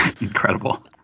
Incredible